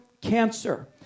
cancer